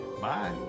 Bye